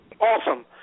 Awesome